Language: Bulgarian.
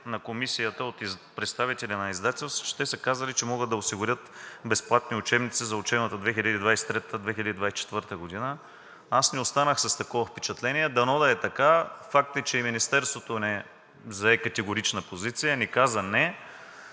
на Комисията от представителя на издателствата, е, че те са казали, че могат да осигурят безплатни учебници за учебната 2023 – 2024 г. Аз не останах с такова впечатление, но дано да е така. Факт е, че и Министерството не зае категорична позиция, не каза не.